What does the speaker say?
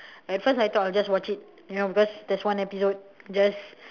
at first I thought I'll just watch it you know because there's one episode just